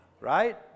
Right